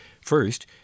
First